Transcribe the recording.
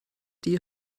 die